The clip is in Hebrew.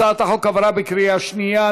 הצעת החוק עברה בקריאה שנייה.